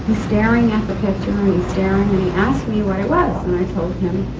staring at the picture, and staring, and he asked me where it was? and i told him